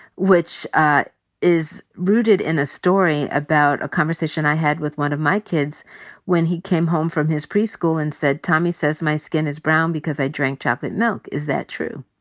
which ah is rooted in a story about a conversation i had with one of my kids when he came home from his preschool and said, tommy says my skin is brown because i drank chocolate milk. is that true?